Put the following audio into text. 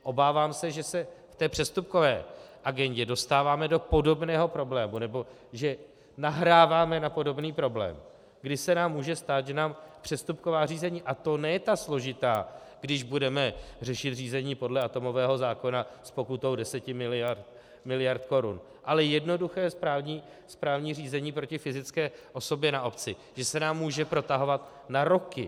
Obávám se, že se v té přestupkové agendě dostáváme do podobného problému, nebo že nahráváme na podobný problém, kdy se nám může stát, že nám přestupková řízení, a to ne ta složitá, když budeme řešit řízení podle atomového zákona s pokutou deseti miliard korun, ale jednoduché správní řízení proti fyzické osobě na obci, že se nám může protahovat na roky.